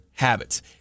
Habits